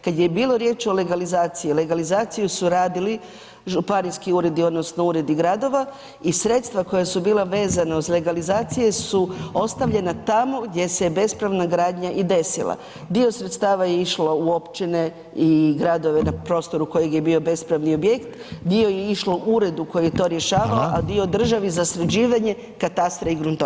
Kad je bilo riječ o legalizaciji, legalizaciju su radili županijski ured odnosno uredi gradova i sredstva koja su bila vezana uz legalizacije su ostavljena tamo gdje se bespravna gradnja i desila, dio sredstava je išlo u općine i gradove na prostoru kojeg je bio bespravni objekt, dio je išlo uredu koji je to rješavao a dio državi za sređivanje katastra i gruntovnice.